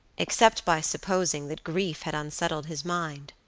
except by supposing that grief had unsettled his mind.